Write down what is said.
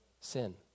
sin